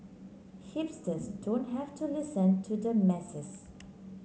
hipsters don't have to listen to the masses